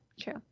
True